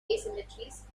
asymmetries